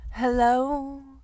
Hello